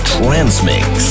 Transmix